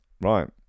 Right